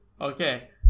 Okay